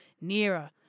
Nearer